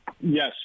Yes